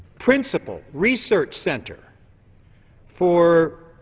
principal research center for